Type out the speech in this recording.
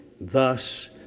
thus